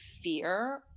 fear